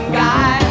guy